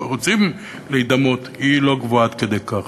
רוצים להידמות להן היא לא גבוהה עד כדי כך.